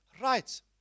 right